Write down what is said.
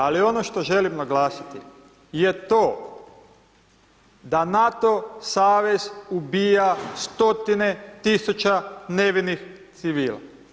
Ali ono što želim naglasiti je to da NATO savez ubija stotine tisuća nevinih civila.